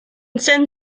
send